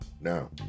Now